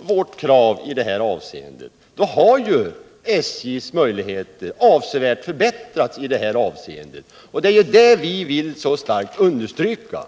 vårt krav i detta avseende — då hade ju SJ:s möjligheter avsevärt förbättrats. Det är det vi vill så starkt understryka.